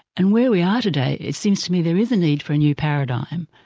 and where we are today it seems to me there is a need for a new paradigm,